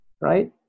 right